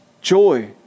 joy